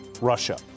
Russia